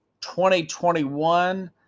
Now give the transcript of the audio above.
2021